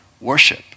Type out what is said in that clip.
worship